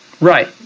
Right